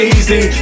Easy